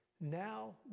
Now